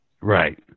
right